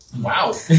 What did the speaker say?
Wow